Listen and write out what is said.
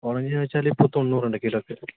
orange എന്നുവെച്ചാൽ ഇപ്പോൾ തൊണ്ണൂറുണ്ട് കിലോക്ക്